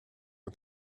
and